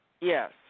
Yes